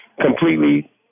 completely